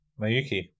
Mayuki